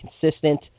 consistent